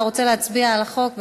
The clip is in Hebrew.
אתה רוצה להצביע על החוק?